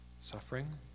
suffering